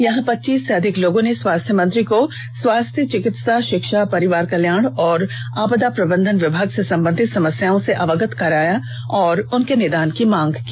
यहां पच्चीस से अधिक लोगों ने स्वास्थ्य मंत्री को स्वास्थ्य चिकित्सा षिक्षा परिवार कल्याण और आपदा प्रबंधन विभाग से संबंधित समस्याओं से अवगत कराया और उनके निदान की मांग की